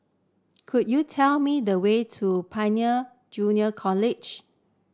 could you tell me the way to Pioneer Junior College